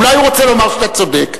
אולי הוא רוצה לומר שאתה צודק.